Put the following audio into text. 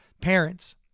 parents